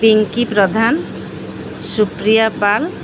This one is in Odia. ପିଙ୍କି ପ୍ରଧାନ ସୁପ୍ରିୟା ପାଲ